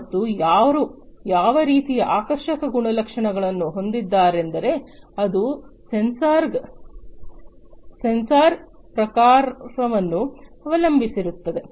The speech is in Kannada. ಮತ್ತು ಯಾರು ಯಾವ ರೀತಿಯ ಆಕರ್ಷಕ ಗುಣಲಕ್ಷಣಗಳನ್ನು ಹೊಂದಿದ್ದಾರೆಂದರೆ ಅದು ಸೆನ್ಸಾರ್ಗ ಪ್ರಕಾರವನ್ನು ಅವಲಂಬಿಸಿರುತ್ತದೆ